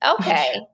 okay